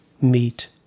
meet